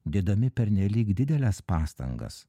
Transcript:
dėdami pernelyg dideles pastangas